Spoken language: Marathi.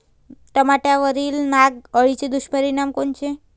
टमाट्यावरील नाग अळीचे दुष्परिणाम कोनचे?